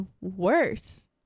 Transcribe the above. worse